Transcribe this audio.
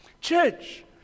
Church